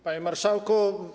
Panie Marszałku!